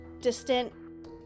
distant